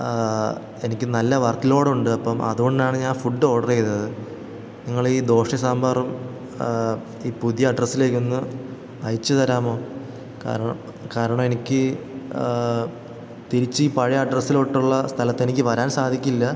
എനിക്ക് നല്ല work load ഉണ്ട് അപ്പോള് അതുകൊണ്ടാണ് ഞാൻ ഫുഡ് ഓർഡറെയ്തത് നിങ്ങളീ ദോശയും സാമ്പാറും ഈ പുതിയ അഡ്രസ്സിലേക്കൊന്ന് അയച്ചുതരാമോ കാരണം കാരണമെനിക്ക് തിരിച്ചീ പഴയ അഡ്രസ്സിലോട്ടുള്ള സ്ഥലത്തെനിക്ക് വരാൻ സാധിക്കില്ല